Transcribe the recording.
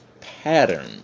pattern